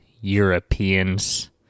Europeans